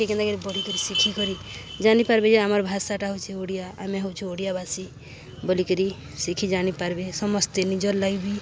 ଠିକ କେନ୍ତାକରି ପଢ଼ିକରି ଶିଖିକରି ଜାନିପାରବେ ଯେ ଆମର ଭାଷାଟା ହଉଛି ଓଡ଼ିଆ ଆମେ ହଉଚୁ ଓଡ଼ିଆବାସୀ ବୋଲିକରି ଶିଖି ଜାଣିପାରବେ ସମସ୍ତେ ନିଜର ଲାଗି ବି